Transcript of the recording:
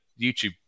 YouTube